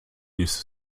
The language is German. ist